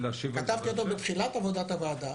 כתבתי אותו בתחילת עבודת הוועדה,